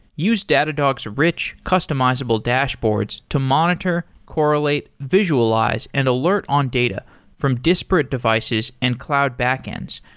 use datadog's rich, customizable dashboards to monitor, correlate, visualize and alert on data from disparate devices and cloud back-ends,